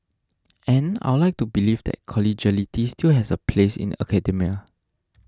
and I'd like to believe that collegiality still has a place in academia